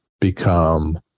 become